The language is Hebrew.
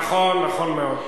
יושב-ראש ועדת, נכון, נכון מאוד.